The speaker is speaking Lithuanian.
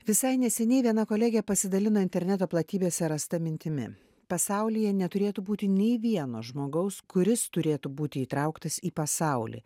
visai neseniai viena kolegė pasidalino interneto platybėse rasta mintimi pasaulyje neturėtų būti nei vieno žmogaus kuris turėtų būti įtrauktas į pasaulį